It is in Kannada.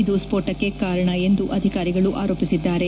ಇದು ಸ್ಪೋಟಕ್ಕೆ ಕಾರಣ ಎಂದು ಅಧಿಕಾರಿಗಳು ಆರೋಪಿಸಿದ್ದಾರೆ